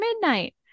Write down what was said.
midnight